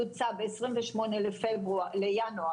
מדובר ברובן בנשים שבדרך כלל שייכות למקצועות שוחקים או